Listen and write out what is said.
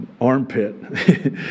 armpit